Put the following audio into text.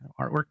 artwork